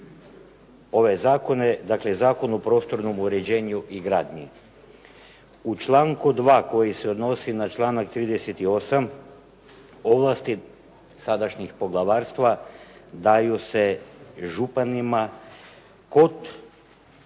ove zakone. Dakle Zakon o prostornom uređenju i gradnji. U članku 2. koji se odnosi na članak 38. ovlasti sadašnjih poglavarstva daju se županima kod